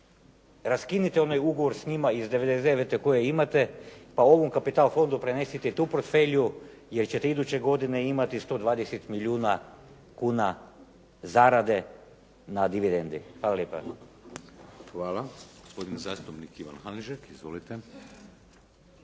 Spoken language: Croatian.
raskinite onaj ugovor s njima iz '99. koje imate pa ovom kapital fondu prenesite i tu portfelju jer ćete iduće godine imati 120 milijuna kuna zarade na dividendi. Hvala lijepa. **Šeks, Vladimir (HDZ)** Hvala. Gospodin zastupnik Ivan Hanžek. Izvolite.